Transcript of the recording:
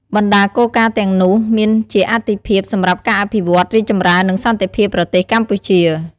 បណ្តាគោលការណ៍ទាំងនោះមានជាអាទិភាព សម្រាប់ការអភិវឌ្ឍ រីកចម្រើននិងសន្តិភាពប្រទេសកម្ពុជា។